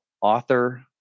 author